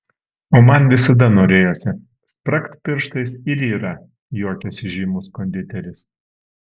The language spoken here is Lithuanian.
o man visada norėjosi spragt pirštais ir yra juokiasi žymus konditeris